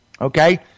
Okay